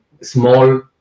small